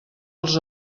els